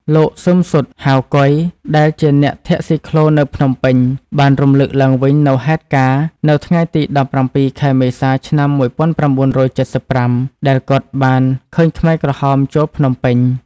លោក ស៊ឹម សុត ហៅ កុយ ដែលជាអ្នកធាក់ស៊ីក្លូនៅភ្នំពេញ បានរំឭកឡើងវិញនូវហេតុការណ៍ នៅថ្ងៃទី ១៧ ខែមេសា ឆ្នាំ ១៩៧៥ ដែលគាត់បានឃើញខ្មែរក្រហមចូលភ្នំពេញ ។